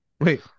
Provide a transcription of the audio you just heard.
Wait